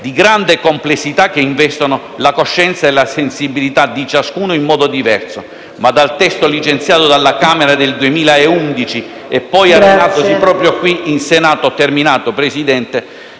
di grande complessità che investono la coscienza e la sensibilità di ciascuno in modo diverso. Ma dal testo licenziato dalla Camera nel 2011 e poi arenatosi proprio qui in Senato, al testo